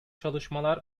çalışmalar